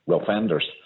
offenders